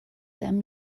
them